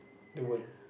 the world